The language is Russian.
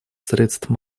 средств